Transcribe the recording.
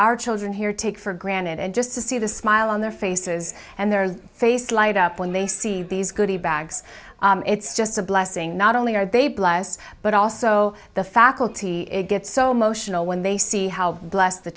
are children here take for granted and just to see the smile on their faces and their face light up when they see these goody bags it's just a blessing not only are they blessed but also the faculty it gets so motional when they see how blessed the